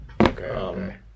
Okay